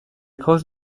cross